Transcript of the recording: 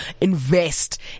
invest